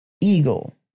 Eagle